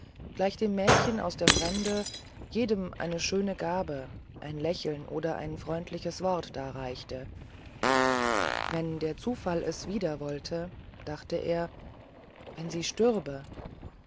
gleich dem mädchen aus der fremde jedem eine schöne gabe ein lächeln oder ein freundliches wort darreichte wenn der zufall es wieder wollte dachte er wenn sie stürbe